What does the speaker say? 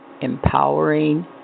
empowering